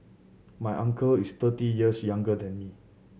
my uncle is thirty years younger than me